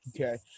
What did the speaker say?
Okay